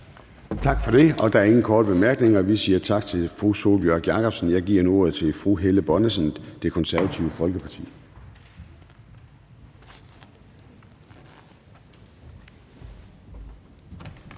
Tak for det. Der er ingen korte bemærkninger, og vi siger tak til fru Sólbjørg Jakobsen. Og jeg giver nu ordet til fru Helle Bonnesen, Det Konservative Folkeparti.